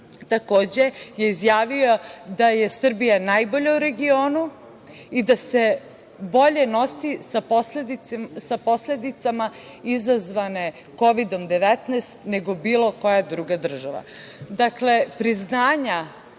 Takođe je izjavio da je Srbija najbolja u regionu i da se bolje nosi sa posledicama izazvane Kovidom-19 nego bilo koja druga država.